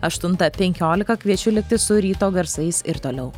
aštuntą penkiolika kviečiu likti su ryto garsais ir toliau